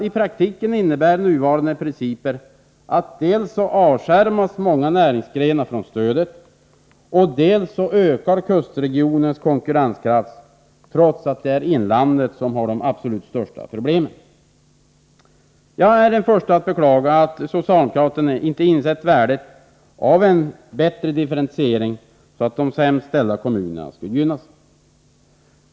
I praktiken innebär nuvarande principer dels att många näringsgrenar avskärmas från stödet, dels att kustregionens konkurrenskraft ökar, trots att det är inlandet som har de absolut största problemen. Jag är den förste att beklaga att socialdemokraterna inte insett värdet av en bättre differentiering, så att de sämst ställda kommunerna gynnas.